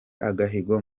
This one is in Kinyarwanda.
agahigo